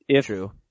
True